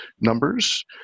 numbers